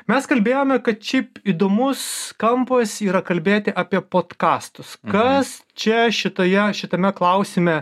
mes kalbėjome kad šiaip įdomus kampas yra kalbėti apie podkastus kas čia šitoje šitame klausime